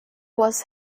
was